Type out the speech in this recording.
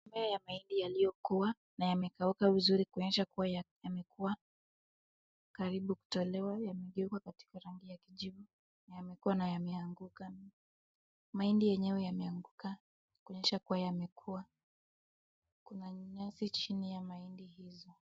Mimea ya mahindi yaliyokuwa, na yamekauka vizuri kuonyesha kuwa yamekuwa, karibu kutolewa, yamegeuka katika rangi ya kijivu, yamekuwa na yameanguka, mahindi yenyewe yameanguka kuonyesha kuwa yamekuwa. Kuna nyasi chini ya mahindi hizo.